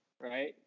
Right